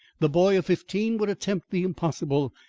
the boy of fifteen would attempt the impossible.